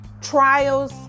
trials